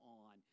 on